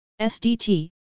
SDT